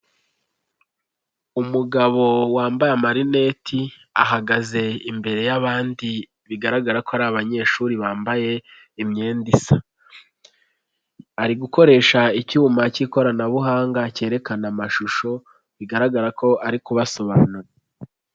Umugabo wambaye amarineti, ahagaze imbere y'abandi, bigaragara ko ari abanyeshuri bambaye imyenda isa, ari gukoresha icyuma cy'ikoranabuhanga cyerekana amashusho, bigaragara ko ari kubasobanurira.